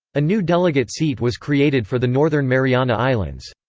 a new delegate seat was created for the northern mariana islands.